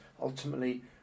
ultimately